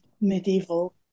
medieval